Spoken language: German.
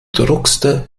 druckste